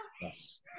Yes